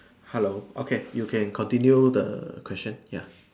hello okay you can continue the question ya